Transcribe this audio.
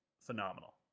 Phenomenal